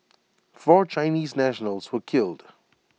four Chinese nationals were killed